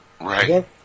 right